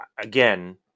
again